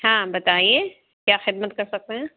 ہاں بتائیے کیا خدمت کر سکتے ہیں